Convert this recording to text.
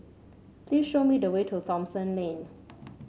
please show me the way to Thomson Lane